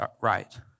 Right